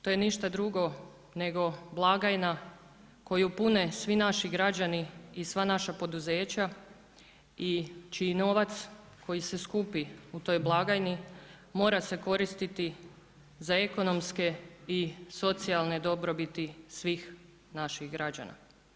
To je ništa drugo blagajna koju pune svi naši građani i sva naša poduzeća i čiji novac čiji se skupi u toj blagajni, mora se koristiti za ekonomske i socijalne dobrobiti svih naših građana.